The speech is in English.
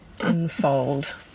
unfold